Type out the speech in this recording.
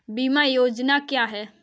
बीमा योजना क्या है?